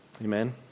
Amen